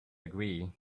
agree